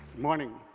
morning.